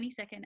22nd